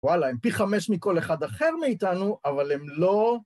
וואלה, הם פי חמש מכל אחד אחר מאיתנו, אבל הם לא...